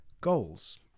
goals